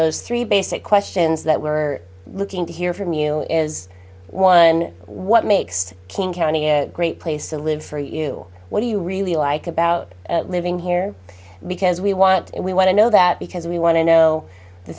those three basic questions that were looking to hear from you is one what makes king county a great place to live for you what do you really like about living here because we want we want to know that because we want to know the